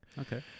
okay